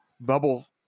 bubble